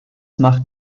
macht